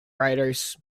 riders